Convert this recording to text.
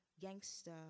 gangster